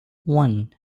one